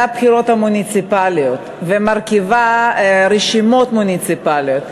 בבחירות המוניציפליות ומרכיבה רשימות מוניציפליות,